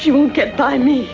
she won't get behind me